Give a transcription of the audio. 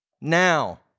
now